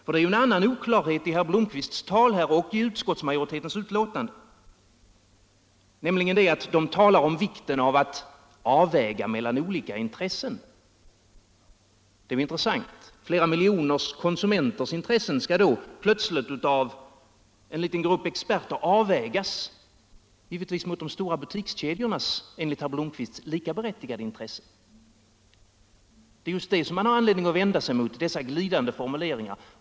Det är också en annan oklarhet i herr Blomkvists anförande här och i utskottsmajoritetens betänkande: det talas om vikten av en avvägning mellan olika intressen. Det är intressant. Flera miljoner konsumenters intressen skall då plötsligt av en liten grupp experter ”avvägas” — givetvis mot de stora butikskedjornas, enligt herr Blomkvist, lika berättigade intressen! Det är just dessa glidande formuleringar som man har anledning att vända sig mot.